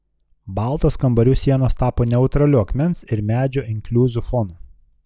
baltos kambarių sienos tapo neutraliu akmens ir medžio inkliuzų fonu